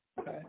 Okay